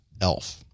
elf